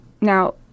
Now